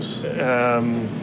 Yes